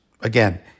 Again